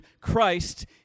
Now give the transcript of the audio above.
Christ